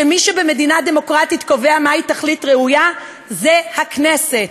שמי שבמדינה דמוקרטית קובע מהי תכלית ראויה זו הכנסת.